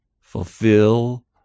fulfill